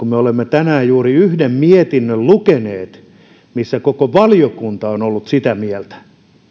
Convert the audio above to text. tänään juuri yhden mietinnön lukeneet jossa koko valiokunta on ollut sitä mieltä